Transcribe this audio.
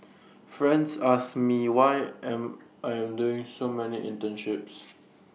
friends ask me why am I am doing so many internships